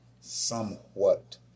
somewhat